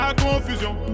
confusion